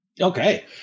Okay